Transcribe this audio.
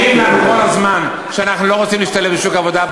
אומרים לנו כל הזמן שאנחנו לא רוצים להשתלב בשוק העבודה.